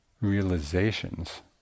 realizations